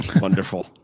wonderful